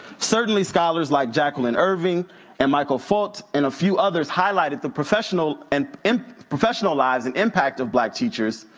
certainly scholars like jacqueline irving and michael fort and a few others highlighted the professional and um professional lives and impact of black teachers,